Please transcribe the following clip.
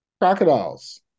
Crocodiles